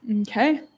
Okay